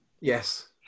yes